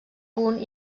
punt